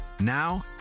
Now